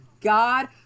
god